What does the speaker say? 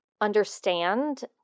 understand